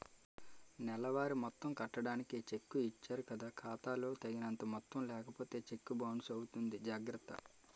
నెలవారీ మొత్తం కట్టడానికి చెక్కు ఇచ్చారు కదా ఖాతా లో తగినంత మొత్తం లేకపోతే చెక్కు బౌన్సు అవుతుంది జాగర్త